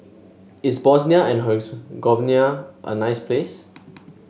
is Bosnia and Herzegovina a nice place